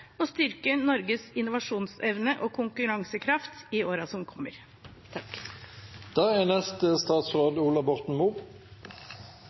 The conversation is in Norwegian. og styrke Norges innovasjonsevne og konkurransekraft i årene som kommer.